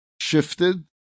shifted